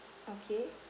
okay